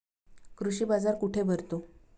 कृषी बाजार कुठे भरतो?